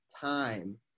time